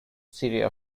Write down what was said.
syria